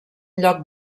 lloc